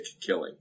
killing